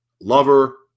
lover